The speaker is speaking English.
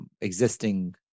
existing